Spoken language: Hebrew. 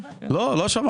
לא,